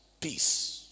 peace